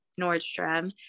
Nordstrom